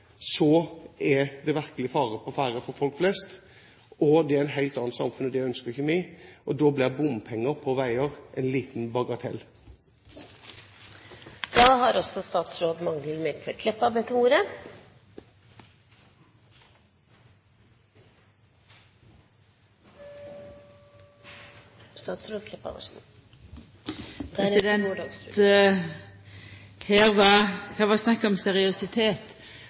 så er det virkelig fare på ferde for folk flest, og det er et helt annet samfunn, og det ønsker ikke vi. Da blir bompenger på veier en liten bagatell. Her var snakk om seriøsitet, og lat meg då, berre for å halda orden i bokføringa, minna om at når det gjeld lyntog, er det